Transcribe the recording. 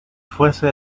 fuese